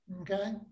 Okay